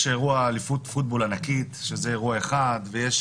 יש אירוע אליפות פוטבול ענקית שזה אירוע אחד ויש